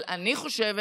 אבל אני חושבת,